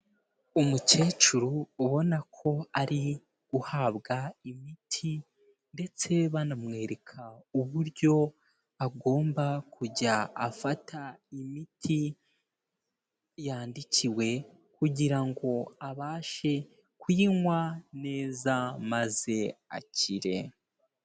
Umukecuru ubona ko ari guhabwa imiti, ndetse banamwereka uburyo agomba kujya afata imiti yandikiwe, kugira ngo abashe kuyinywa neza, maze akire.